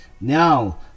Now